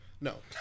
No